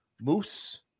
Moose